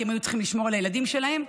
כי הם היו צריכים לשמור על הילדים שלהם,